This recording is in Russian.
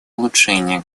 улучшения